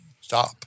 stop